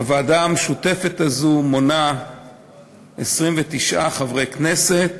הוועדה המשותפת הזאת מונה 29 חברי כנסת,